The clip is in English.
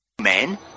Man